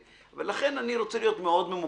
לכן אני רוצה להיות מאוד ממוקד,